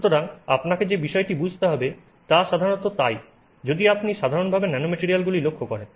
সুতরাং আপনাকে যে বিষয়টি বুঝতে হবে তা সাধারণত তাই যদি আপনি সাধারণভাবে ন্যানোম্যাটরিয়ালগুলি লক্ষ্য করেন